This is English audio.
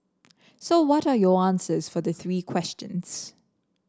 so what are your answers for the three questions